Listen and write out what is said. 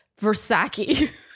Versace